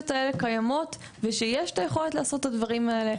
האלה קיימות ושיש את היכולת לעשות את הדברים האלה.